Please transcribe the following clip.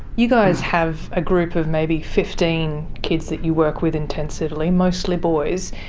you guys have a group of maybe fifteen kids that you work with intensively, mostly boys.